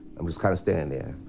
i'm just kind of standing there,